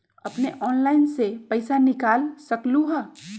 अपने ऑनलाइन से पईसा निकाल सकलहु ह?